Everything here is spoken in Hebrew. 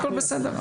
הכול בסדר,